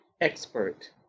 expert